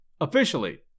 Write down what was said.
officially